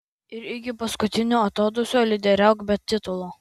ir iki paskutinio atodūsio lyderiauk be titulo